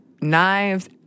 Knives